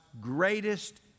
greatest